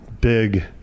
big